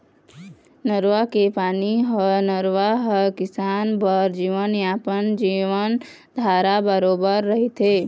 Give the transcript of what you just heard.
नरूवा के पानी ह नरूवा ह किसान बर जीवनयापन, जीवनधारा बरोबर रहिथे